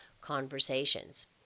conversations